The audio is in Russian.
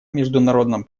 международном